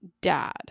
dad